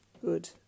good